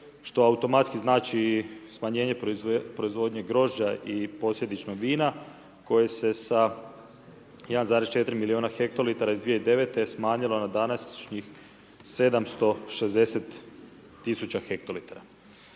što automatski znači smanjenje proizvodnje grožđa i posljedično vina koje se sa 1,4 milijuna hektolitara iz 2009. smanjilo na današnjih 760 000 hektolitara.